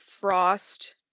frost